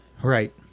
Right